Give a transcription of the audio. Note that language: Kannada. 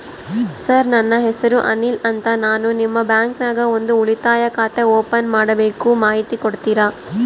ಸರ್ ನನ್ನ ಹೆಸರು ಅನಿಲ್ ಅಂತ ನಾನು ನಿಮ್ಮ ಬ್ಯಾಂಕಿನ್ಯಾಗ ಒಂದು ಉಳಿತಾಯ ಖಾತೆ ಓಪನ್ ಮಾಡಬೇಕು ಮಾಹಿತಿ ಕೊಡ್ತೇರಾ?